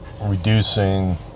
reducing